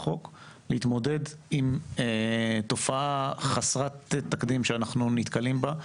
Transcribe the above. החוק להתמודד עם תופעה חסרת תקדים שאנחנו נתקלים בה,